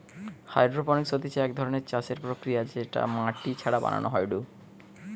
hydroponics হতিছে এক ধরণের চাষের প্রক্রিয়া যেটা মাটি ছাড়া বানানো হয়ঢু